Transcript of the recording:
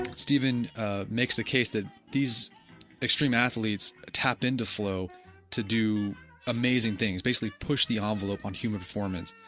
steven ah makes the case that these extreme athletes tap into flow to do amazing things. basically push the envelope on human performance,